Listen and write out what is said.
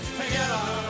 together